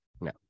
No